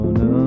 no